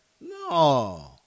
No